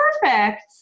Perfect